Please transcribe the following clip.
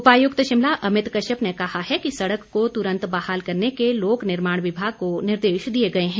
उपायुक्त शिमला अमित कश्यप ने कहा है कि सड़क को तुरंत बहाल करने के लोक निर्माण विभाग को निर्देश दिए गए हैं